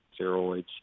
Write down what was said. steroids